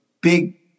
big